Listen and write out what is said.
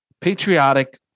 Patriotic